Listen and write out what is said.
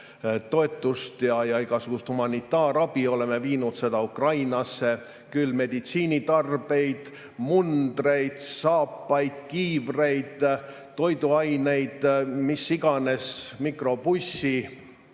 toetust ja igasugust humanitaarabi, oleme viinud seda Ukrainasse, küll meditsiinitarbeid, mundreid, saapaid, kiivreid, toiduaineid, mikrobussi,